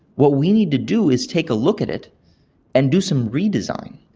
what we need to do is take a look at it and do some redesign,